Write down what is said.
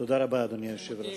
תודה רבה, אדוני היושב-ראש.